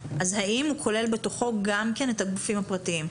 אז האם הוא כולל בתוכו גם כן את הגופים הפרטיים?